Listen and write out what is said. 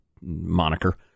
moniker